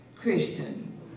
Christian